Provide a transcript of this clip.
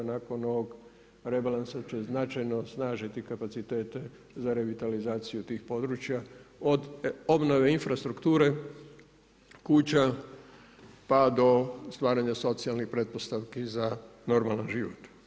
Nakon ovoga rebalansa će značajno snažiti kapacitete za revitalizaciju tih područja od obnove infrastrukture, kuća, pa do stvaranje socijalnih pretpostavki za normalan život.